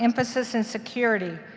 emphasis in security.